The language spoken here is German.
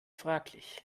fraglich